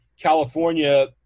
California